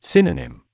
Synonym